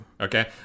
okay